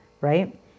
Right